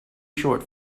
short